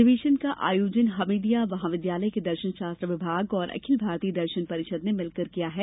अधिवेशन का आयोजन हमीदिया महाविद्यालय के दर्शन शास्त्र विभाग और अखिल भारतीय दर्शन परिषद ने मिलकर किया है